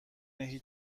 هیچ